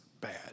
bad